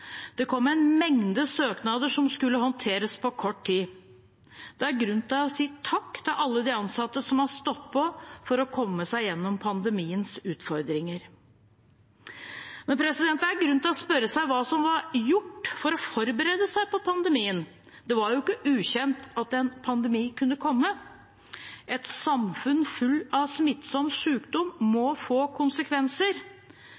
Det kom en mengde søknader som skulle håndteres på kort tid. Det er grunn til å si takk til alle de ansatte som har stått på for å komme seg gjennom pandemiens utfordringer. Men det er også grunn til å spørre seg hva som var gjort for å forberede seg på pandemien. Det var ikke ukjent at en pandemi kunne komme. Et samfunn fullt av smittsom